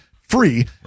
free